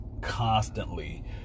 constantly